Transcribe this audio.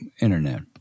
Internet